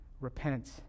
repent